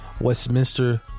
Westminster